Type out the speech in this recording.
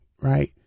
right